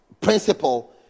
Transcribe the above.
principle